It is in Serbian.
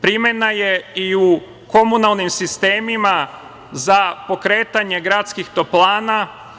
Primena je i u komunalnim sistemima za pokretanje gradskih toplana.